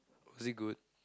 was it good